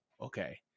okay